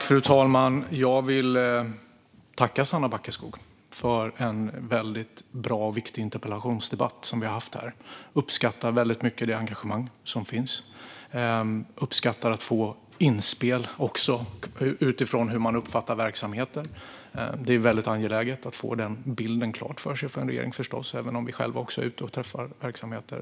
Fru talman! Jag vill tacka Sanna Backeskog för den interpellationsdebatt vi har haft här - den är bra och viktig. Jag uppskattar det engagemang som finns mycket, och jag uppskattar också att få inspel utifrån hur man uppfattar verksamheter. Det är väldigt angeläget för en regering att få den bilden klar för sig, även om vi förstås själva också är ute och träffar verksamheter.